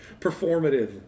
Performative